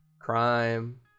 crime